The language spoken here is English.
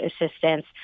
assistance